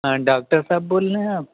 ہاں ڈاکٹر صاحب بول رہے ہیں آپ